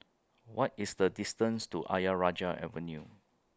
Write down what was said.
What IS The distance to Ayer Rajah Avenue